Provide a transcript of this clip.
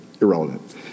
irrelevant